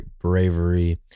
bravery